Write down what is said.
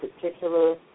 particular